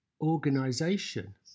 organization